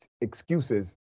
excuses